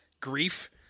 grief